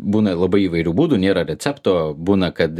būna labai įvairių būdų nėra recepto būna kad